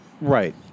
Right